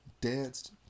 Danced